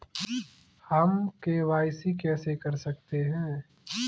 हम के.वाई.सी कैसे कर सकते हैं?